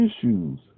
issues